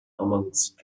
amongst